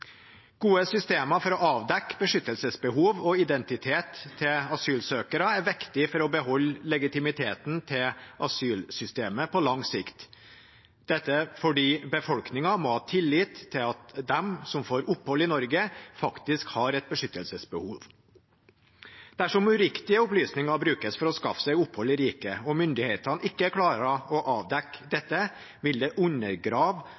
Gode systemer for å avdekke beskyttelsesbehovet og identiteten til asylsøkere er viktig for å beholde legitimiteten til asylsystemet på lang sikt – dette fordi befolkningen må ha tillit til at de som får opphold i Norge, faktisk har et beskyttelsesbehov. Dersom uriktige opplysninger brukes for å skaffe seg opphold i riket og myndighetene ikke klarer å avdekke dette, vil det undergrave